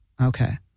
Okay